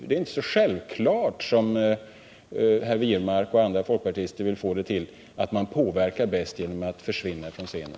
Det är inte så självklart att man, som herr Wirmark och andra folkpartister vill få det till, påverkar bäst genom att försvinna från scenen.